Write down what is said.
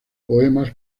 poemas